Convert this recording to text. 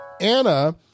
Anna